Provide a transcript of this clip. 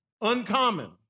uncommon